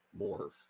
morph